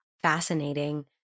Fascinating